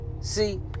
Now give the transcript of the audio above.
See